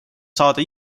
saada